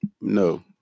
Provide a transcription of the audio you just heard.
No